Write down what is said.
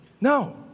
No